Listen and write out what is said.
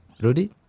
Rudy